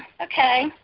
Okay